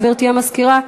גברתי המזכירה?